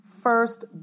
first